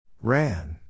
Ran